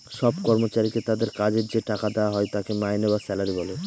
সব কর্মচারীকে তাদের কাজের যে টাকা দেওয়া হয় তাকে মাইনে বা স্যালারি বলে